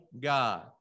God